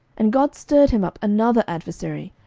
and god stirred him up another adversary,